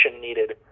needed